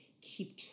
keep